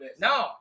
no